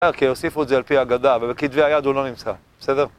אוקיי, הוסיפו את זה על פי ההגדה, ובכתבי היד הוא לא נמצא, בסדר?